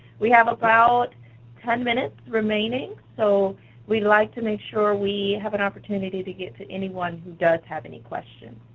we have about ten minutes remaining, so we'd like to make sure we have an opportunity to get to anyone who does have any questions.